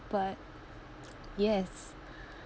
but yes